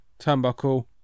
turnbuckle